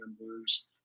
members